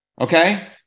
okay